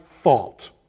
fault